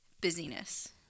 busyness